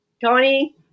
Tony